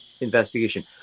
investigation